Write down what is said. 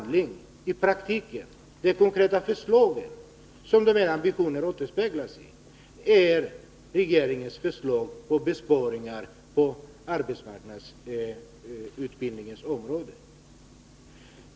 Den praktiska handling som de här ambitionerna återspeglas i är regeringens förslag till besparingar på arbetsmarknadsutbildningens område.